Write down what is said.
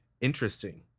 Interesting